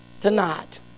tonight